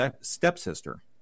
stepsister